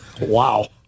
Wow